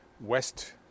West